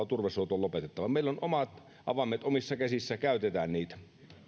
turvesuot on lopetettava meillä on omat avaimet omissa käsissä käytetään niitä koetetaan